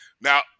Now